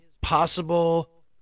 possible